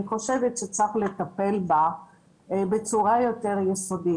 אני חושבת שצריך לטפל בה בצורה יותר יסודית.